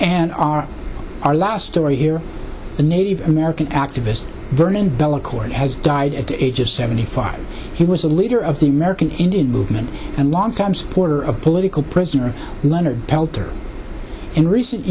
and our our last story here a native american activist vernon bellecourt has died at the age of seventy five he was a leader of the american indian movement and longtime supporter of political prisoner leonard peltier in recent